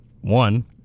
one